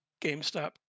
GameStop